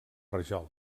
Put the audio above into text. rajola